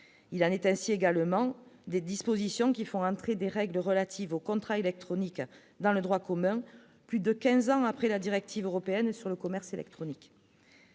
il en est ainsi également des dispositions qui font rentrer des règles relatives au contrat électronique dans le droit commun, plus de 15 ans après la directive européenne sur le commerce électronique.